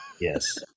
Yes